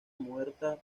muerta